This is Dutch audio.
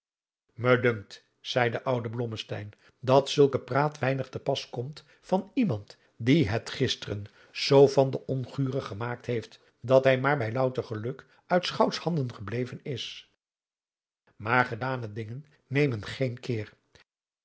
dunkt zeî de oude blommesteyn dat zulke praat weinig te pas komt van iemand die het gisteren zoo van den onguren gemaakt heeft dat hij maar bij louter geluk uit schouts handen gebleven is maar gedane dingen nemen geen keer